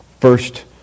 first